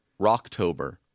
Rocktober